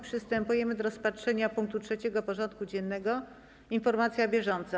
Przystępujemy do rozpatrzenia punktu 3. porządku dziennego: Informacja bieżąca.